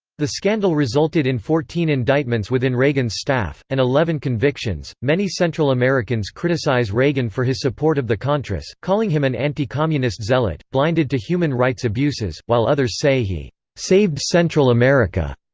the scandal resulted in fourteen indictments within reagan's staff, and eleven convictions many central americans criticize reagan for his support of the contras, calling him an anti-communist zealot, blinded to human rights abuses, while others say he saved central america.